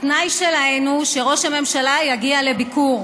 התנאי שלהן הוא שראש הממשלה יגיע לביקור.